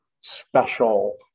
special